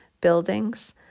buildings